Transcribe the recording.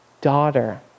Daughter